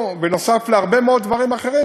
נוסף על הרבה מאוד דברים אחרים,